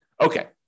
Okay